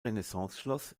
renaissanceschloss